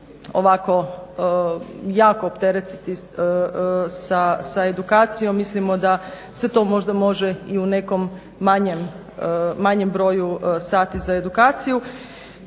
ovako jako opteretiti sa edukacijom. Mislimo da se to možda može i u nekom manjem broju sati za edukaciju.